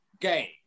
game